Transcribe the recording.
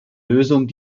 lösung